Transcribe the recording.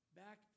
back